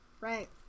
Right